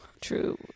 true